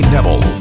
Neville